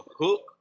hook